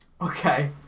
Okay